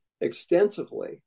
extensively